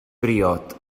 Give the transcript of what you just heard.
briod